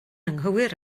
anghywir